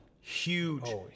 Huge